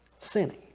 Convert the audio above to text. sinning